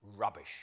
rubbish